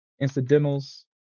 incidentals